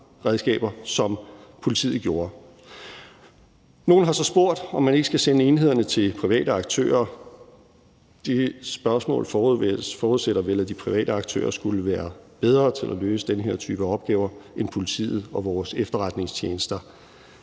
som politiet gjorde. Nogle har så spurgt, om man ikke skal sende enhederne til private aktører. Det spørgsmål forudsætter vel, at de private aktører skulle være bedre til at løse den her type opgaver end politiet og vores efterretningstjenester,